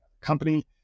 company